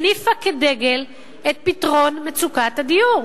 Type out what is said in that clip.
הניפה כדגל את פתרון מצוקת הדיור.